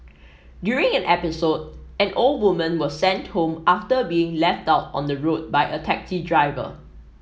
during an episode an old woman was sent home after being left out on the road by a taxi driver